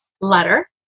letter